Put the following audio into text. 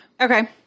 Okay